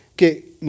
que